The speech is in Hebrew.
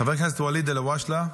חבר הכנסת ואליד אלהואשלה,